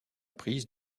prise